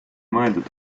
mõeldud